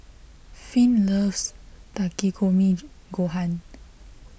Finn loves Takikomi Gohan